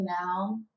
now